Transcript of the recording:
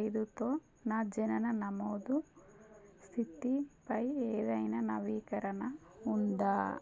ఐదుతో నా జనన నమోదు స్థిత్తిపై ఏదైనా నవీకరణ ఉందా